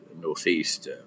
Northeast